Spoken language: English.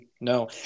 No